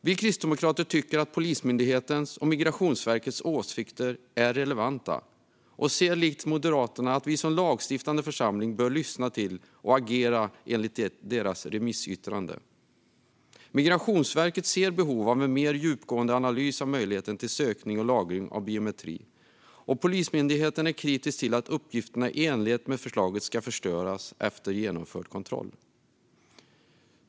Vi kristdemokrater tycker att Polismyndighetens och Migrationsverkets åsikter är relevanta och ser likt Moderaterna att vi som lagstiftande församling bör lyssna till och agera enligt deras remissyttrande. Migrationsverket ser behov av en mer djupgående analys av möjligheten till sökning och lagring av biometri, och Polismyndigheten är kritisk till att uppgifterna i enlighet med förslaget ska förstöras efter genomförd kontroll.